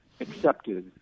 accepted